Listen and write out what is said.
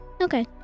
Okay